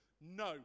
No